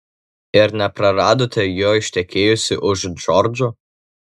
ir nepraradote jo ištekėjusi už džordžo